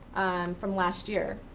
from last year.